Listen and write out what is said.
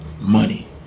money